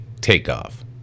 takeoff